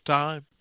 time